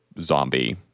zombie